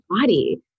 body